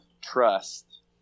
trust